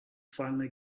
finally